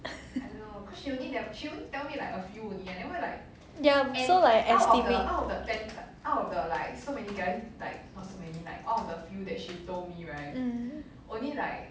ya so like estimate mm